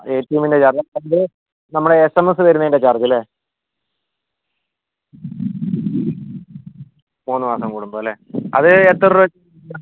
A ടി എമ്മിൻ്റ charge ആണോ അതിൽ നമ്മളെ എസ് എം എസ് വരുന്നതിന്റെ ചാർജ് അല്ലേ മൂന്ന് മാസം കൂടുമ്പോൾ അല്ലേ അത് എത്ര രൂപ വെച്ചാണ്